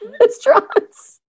restaurants